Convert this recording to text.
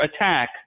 attack